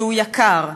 שהוא יקר,